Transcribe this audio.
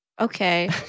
Okay